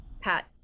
Pat